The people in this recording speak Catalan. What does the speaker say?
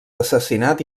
assassinat